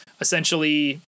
essentially